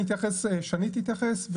שני תתייחס,